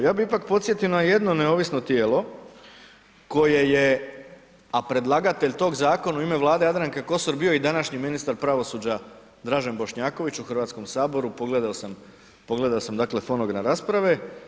Ja bi ipak podsjetio na jedno neovisno tijelo koje je, a predlagatelj tog zakona u ime Vlade Jadranke Kosor bio je i današnji ministar pravosuđa Dražen Bošnjaković u HS, pogledao sam dakle fonogram rasprave.